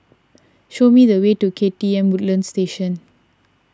show me the way to K T M Woodlands Station